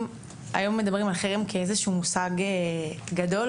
היום מדברים על חרם כמושג גדול,